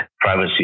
privacy